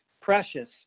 precious